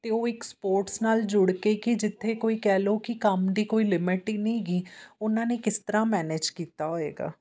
ਅਤੇ ਉਹ ਇੱਕ ਸਪੋਰਟਸ ਨਾਲ ਜੁੜ ਕੇ ਕਿ ਜਿੱਥੇ ਕੋਈ ਕਹਿ ਲਓ ਕਿ ਕੰਮ ਦੀ ਕੋਈ ਲਿਮਟ ਹੀ ਨਹੀਂ ਹੈਗੀ ਉਹਨਾਂ ਨੇ ਕਿਸ ਤਰ੍ਹਾਂ ਮੈਨੇਜ ਕੀਤਾ ਹੋਵੇਗਾ